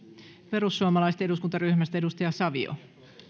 perussuomalaisten eduskuntaryhmästä edustaja savio